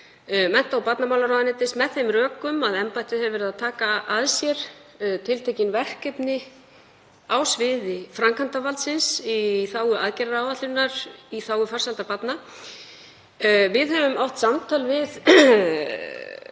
mennta- og barnamálaráðuneytis með þeim rökum að embættið hefur verið að taka að sér tiltekin verkefni á sviði framkvæmdarvaldsins í þágu aðgerðaáætlanirnar í þágu farsældar barna. Við höfum átt samtal við